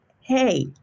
hey